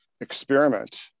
experiment